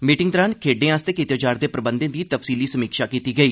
meeting दौरान खेड्ढें आस्तै कीते जा'रदे प्रबंधें दी तफ्सीली समीक्षा कीती गेई